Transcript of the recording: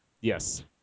Yes